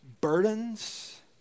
burdens